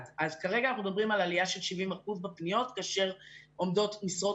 כרגע אנחנו מדברים על עלייה של 70 אחוזים בפניות כאשר עומדות משרות